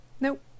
Nope